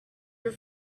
your